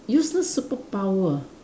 useless superpower ah